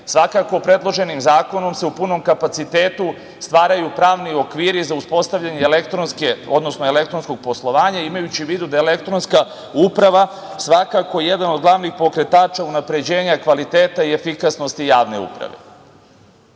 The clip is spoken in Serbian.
predloženim zakonom se u punom kapacitetu stvaraju pravni okviri za uspostavljanje elektronskog poslovanja, imajući u vidu da je elektronska uprava svakako jedan od glavnih pokretača unapređenja kvaliteta i efikasnosti javne